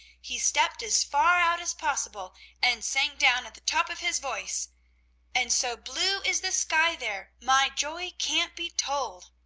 he stepped as far out as possible and sang down at the top of his voice and so blue is the sky there my joy can't be told.